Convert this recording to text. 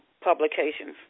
publications